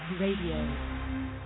Radio